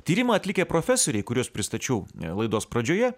tyrimą atlikę profesoriai kuriuos pristačiau a laidos pradžioje